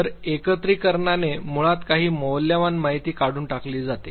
तर एकत्रिकरणाने मुळात काही मौल्यवान माहिती काढून टाकली जाते